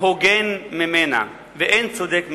הוגן ממנה ואין צודק ממנה.